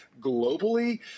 Globally